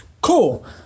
Cool